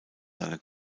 seine